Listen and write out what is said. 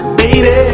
baby